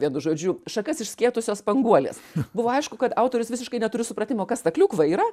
vienu žodžiu šakas išskėtusios spanguolės buvo aišku kad autorius visiškai neturiu supratimo kas ta kliūkva yra